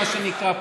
מה שנקרא,